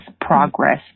progress